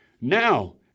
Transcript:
Now